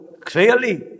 clearly